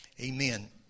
amen